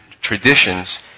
traditions